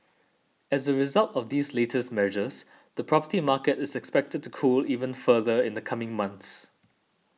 as a result of these latest measures the property market is expected to cool even further in the coming months